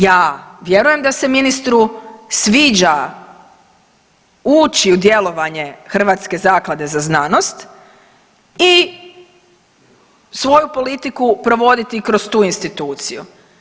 Ja vjerujem da se ministru sviđa uči u djelovanje Hrvatske zaklade za znanost i svoju politiku provoditi kroz tu instituciju.